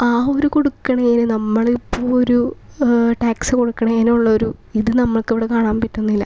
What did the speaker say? ആ ഒരു കൊടുക്കുന്നതിന് നമ്മളിൽ ഇപ്പോൾ ഒരു ടാക്സ് കൊടുക്കുന്നതിനുള്ള ഒരു ഇത് നമുക്കിവിടെ കാണാൻ പറ്റുന്നില്ല